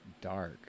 dark